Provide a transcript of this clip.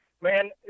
Man